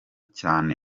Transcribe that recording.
cyane